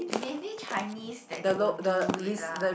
maybe Chinese that they would do it lah